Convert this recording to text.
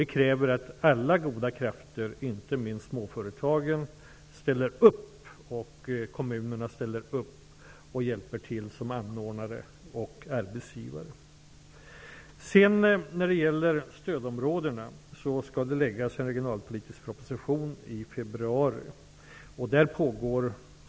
Det kräver att alla goda krafter, inte minst småföretagen och kommunerna, ställer upp och hjälper till som anordnare och arbetsgivare. I februari skall det läggas en regionalpolitisk proposition om stödområdena.